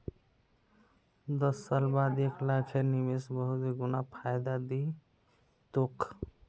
दस साल बाद एक लाखेर निवेश बहुत गुना फायदा दी तोक